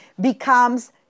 becomes